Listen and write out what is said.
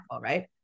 right